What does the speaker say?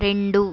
రెండు